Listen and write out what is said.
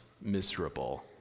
miserable